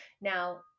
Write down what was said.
Now